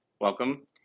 welcome